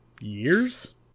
years